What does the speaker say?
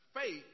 Faith